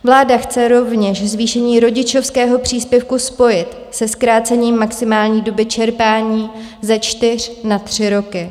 Vláda chce rovněž zvýšení rodičovského příspěvku spojit se zkrácením maximální doby čerpání ze čtyř na tři roky.